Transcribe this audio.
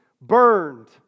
burned